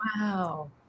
Wow